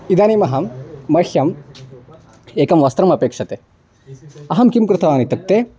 इदानीमहं मह्यम् एकं वस्त्रम् अपेक्षते अहं किं कृतवान् इत्युक्ते